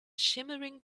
shimmering